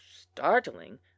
startling